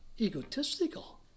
egotistical